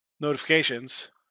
notifications